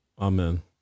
Amen